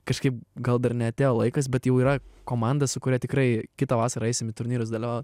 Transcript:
kažkaip gal dar neatėjo laikas bet jau yra komanda su kuria tikrai kitą vasarą eisim į turnyrus dalyvaut